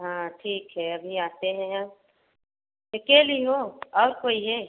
हाँ ठीक है अभी आते हैं हम अकेली हो और कोई है